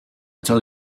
tell